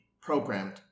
programmed